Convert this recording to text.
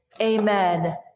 Amen